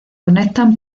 conectan